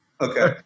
okay